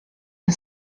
and